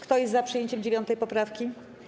Kto jest za przyjęciem 9. poprawki?